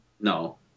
No